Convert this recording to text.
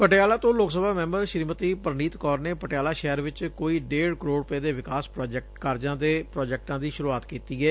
ਪਟਿਆਲਾ ਤੋਂ ਲੋਕ ਸਭਾ ਮੈਬਰ ਸ੍ਰੀਮਤੀ ਪਰਨੀਤ ਕੌਰ ਨੇ ਪਟਿਆਲਾ ਸ਼ਹਿਰ ਚ ਕੋਈ ਡੇਢ ਕਰੋੜ ਰੁਪਏ ਦੇ ਵਿਕਾਸ ਕਾਰਜਾਂ ਦੇ ਪਾਜੈਕਟਾ ਦੀ ਸ਼ਰਆਤ ਕੀਡੀ ਏ